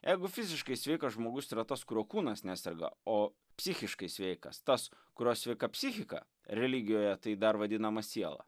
jeigu fiziškai sveikas žmogus yra tas kurio kūnas neserga o psichiškai sveikas tas kurio sveika psichika religijoje tai dar vadinama siela